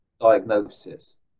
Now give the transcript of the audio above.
diagnosis